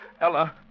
Ella